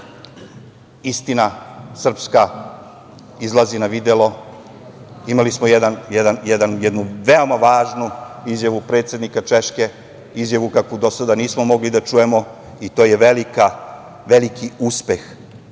istina izlazi na videlo. Imali smo jednu veoma važnu izjavu predsednika Češke, izjavu kakvu do sada nismo mogli da čujemo i to je veliki uspeh